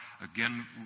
again